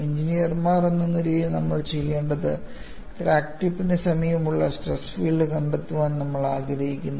എഞ്ചിനീയർമാർ എന്ന നിലയിൽ നമ്മൾ ചെയ്യേണ്ടത് ക്രാക്ക് ടിപ്പിന് സമീപമുള്ള സ്ട്രെസ് ഫീൽഡ് കണ്ടെത്താൻ നമ്മൾ ആഗ്രഹിക്കുന്നു